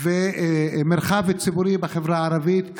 ומרחב ציבורי בחברה הערבית.